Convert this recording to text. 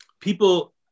people